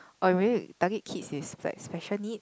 or maybe target kids with like special needs